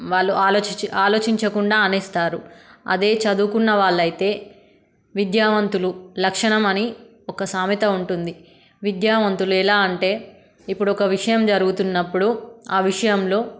వాళ్ళు ఆలోచించకుండా అనేస్తారు అదే చదువుకున్న వాళ్ళు అయితే విద్యావంతులు లక్షణం అని ఒక సామెత ఉంటుంది విద్యావంతులు ఎలా అంటే ఇప్పుడు ఒక విషయం జరుగుతున్నప్పుడు ఆ విషయంలో